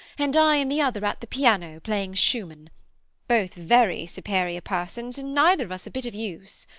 and i in the other at the piano, playing schumann both very superior persons, and neither of us a bit of use.